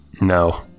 No